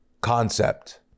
concept